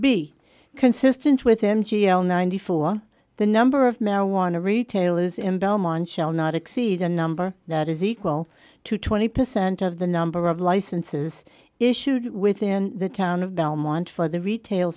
be consistent with n g l ninety four the number of marijuana retailers in belmont shall not exceed a number that is equal to twenty percent of the number of licenses issued within the town of belmont for the retail